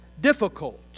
difficult